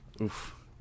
oof